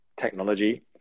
technology